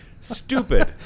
stupid